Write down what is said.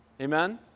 Amen